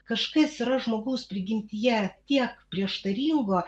kažkas yra žmogaus prigimtyje tiek prieštaringo